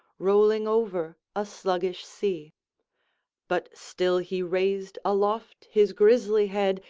rolling over a sluggish sea but still he raised aloft his grisly head,